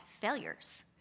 failures